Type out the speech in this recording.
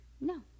no